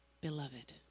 Beloved